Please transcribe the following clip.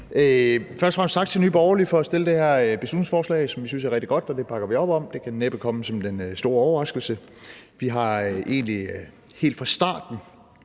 Først og fremmest tak til Nye Borgerlige for at fremsætte det her beslutningsforslag, som vi synes er rigtig godt, og det bakker vi op om. Det kan næppe komme som den store overraskelse. Vi har egentlig helt fra starten